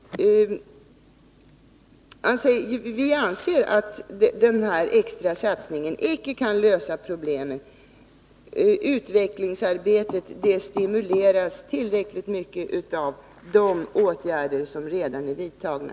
Vi anser att den nu föreslagna extra satsningen icke kan lösa problemen. Utvecklingsarbetet stimuleras tillräckligt mycket av de åtgärder som redan är vidtagna.